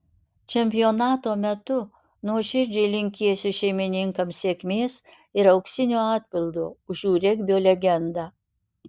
čempionato metu nuoširdžiai linkėsiu šeimininkams sėkmės ir auksinio atpildo už jų regbio legendą